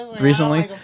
recently